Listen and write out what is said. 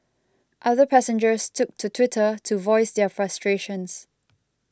other passengers took to Twitter to voice their frustrations